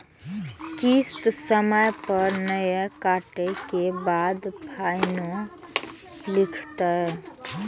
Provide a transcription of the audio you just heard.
किस्त समय पर नय कटै के बाद फाइनो लिखते?